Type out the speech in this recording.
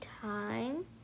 time